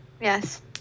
Yes